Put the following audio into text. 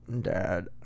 Dad